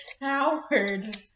Howard